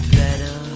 better